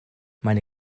meine